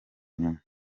nyuma